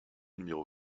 numéro